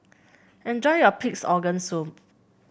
enjoy your Pig's Organ Soup